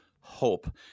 hope